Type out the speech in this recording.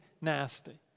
nasty